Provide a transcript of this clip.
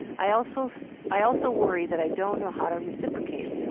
i also so i also worry that i don't know how to reciprocate.